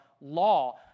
law